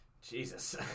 Jesus